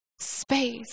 space